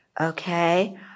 Okay